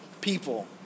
people